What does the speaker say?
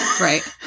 Right